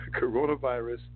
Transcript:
coronavirus